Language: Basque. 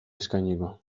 eskainiko